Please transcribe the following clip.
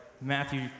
Matthew